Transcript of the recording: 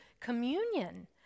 communion